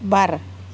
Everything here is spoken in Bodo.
बार